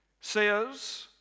says